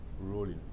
rolling